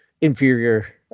inferior